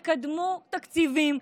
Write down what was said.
תקדמו תקציבים,